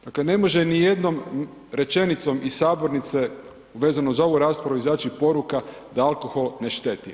Dakle ne može nijednom rečenicom iz sabornice vezano za ovu raspravu izaći poruka da alkohol ne šteti.